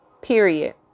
period